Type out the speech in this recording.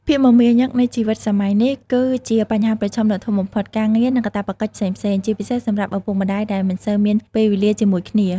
ភាពមមាញឹកនៃជីវិតសម័យនេះគឺជាបញ្ហាប្រឈមដ៏ធំបំផុត ការងារ និងកាតព្វកិច្ចផ្សេងៗ ជាពិសេសសម្រាប់ឪពុកម្ដាយដែលមិនសូវមានពេលវេលាជាមួយគ្នា ។